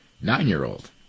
nine-year-old